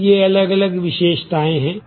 तो ये अलग विशेषताएँ हैं